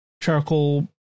charcoal